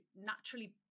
naturally